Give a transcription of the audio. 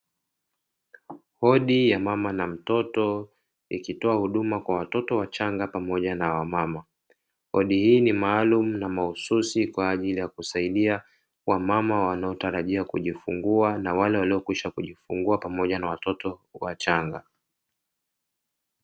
Wodi ya mama na mtoto ikitoa huduma kwa watoto wachanga pamoja na wamama. Wodi hii ni maalamu na mahususi kwa ajili ya kusaidia wamama wanaotarajia kujifungua na wale waliokwisha kujifungua pamoja na watoto wachanga.